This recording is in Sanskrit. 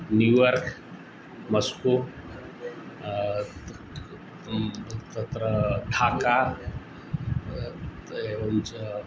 न्यूयार्क् मस्को तत्र ढाका तत्र एवञ्च